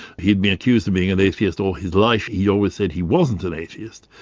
he'd been accused of being an atheist all his life, he always said he wasn't an atheist,